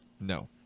No